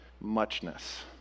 muchness